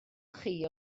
chi